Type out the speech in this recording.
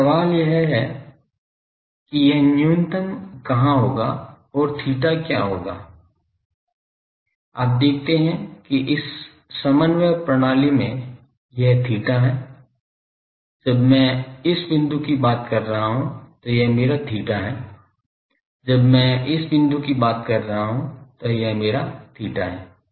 अब सवाल यह है कि यह न्यूनतम कहां होगा और theta क्या होगा आप देखते है की इस समन्वय प्रणाली में यह theta है जब मैं इस बिंदु की बात कर रहा हूं तो यह मेरा theta है जब मैं इस बिंदु की बात कर रहा हूं तो यह मेरा theta है